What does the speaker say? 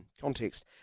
context